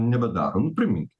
nebedarom nu priminkit